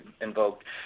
invoked